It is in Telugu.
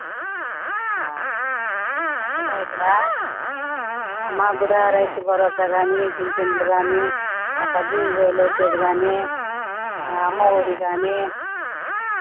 మాకు కూడా ఇక్కడ మాకు కూడా రైతు భరోసా కానీ పించన్లు కానీ ఆ పద్దెనిమిది వేలు వచ్చేది కానీ అమ్మఒడి కానీ